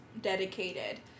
dedicated